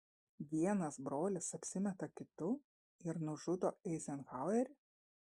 vienas brolis apsimeta kitu ir nužudo eizenhauerį